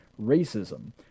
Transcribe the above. racism